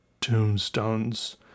tombstones